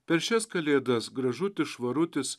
per šias kalėdas gražutis švarutis